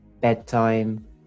bedtime